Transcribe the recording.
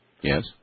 Yes